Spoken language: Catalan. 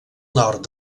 nord